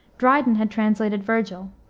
dryden had translated vergil,